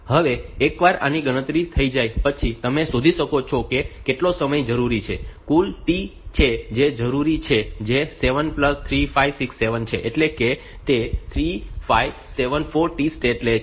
હવે એકવાર આની ગણતરી થઈ જાય પછી તમે શોધી શકો છો કે કેટલો સમય જરૂરી છે આ કુલ T છે જે જરૂરી છે જે 7 3567 છે એટલે કે તે 3574 T સ્ટેટ છે